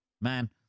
Man